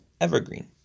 Evergreen